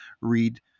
read